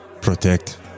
Protect